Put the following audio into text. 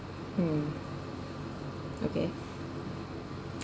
hmm okay